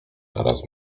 teraz